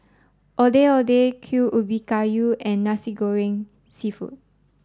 Ondeh Ondeh Kuih Ubi Kayu and Nasi Goreng Seafood